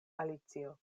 alicio